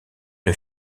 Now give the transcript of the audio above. une